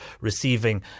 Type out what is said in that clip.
receiving